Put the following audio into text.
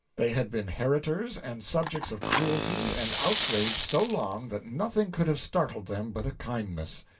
they had been heritors and subjects of cruelty and outrage so long that nothing could have startled them but a kindness.